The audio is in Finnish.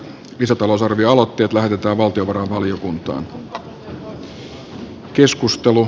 lisätalousarvioaloitteet lähetetään valtiovarainvaliokuntaan